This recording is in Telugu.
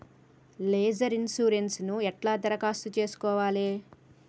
లేబర్ ఇన్సూరెన్సు ఎట్ల దరఖాస్తు చేసుకోవాలే?